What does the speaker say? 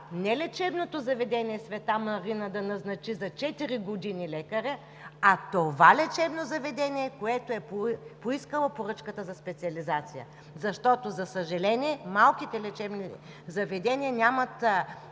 не лечебното заведение „Света Марина“ да назначи за четири години лекаря, а това лечебно заведение, което е поискало поръчката за специализация, защото, за съжаление, малките лечебни заведения нямат